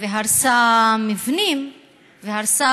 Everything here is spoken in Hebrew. והרסה מבנים והרסה